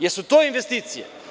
Jesu to investicije?